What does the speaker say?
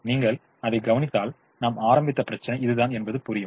நீங்கள் அதை கவனித்தால் நாம் ஆரம்பித்த பிரச்சினை இதுதான் என்பது புரியும்